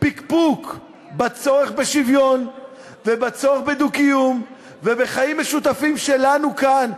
פקפוק בצורך בשוויון ובצורך בדו-קיום ובחיים משותפים שלנו כאן,